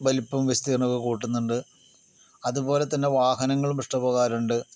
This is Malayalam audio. വലിപ്പം വിസ്തീർണ്ണമൊക്കെ കൂട്ടുന്നൊണ്ട് അതുപോലെ തന്നെ വാഹനങ്ങളും ഇഷ്ട്ടം പോലെയുണ്ട്